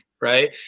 right